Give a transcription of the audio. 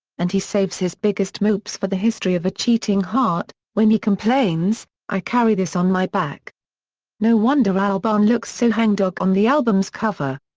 and he saves his biggest mopes for the history of a cheating heart, when he complains i carry this on my back no wonder albarn looks so hangdog on the album's cover.